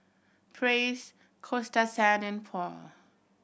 Praise Coasta Sand and Paul